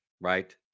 right